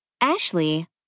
Ashley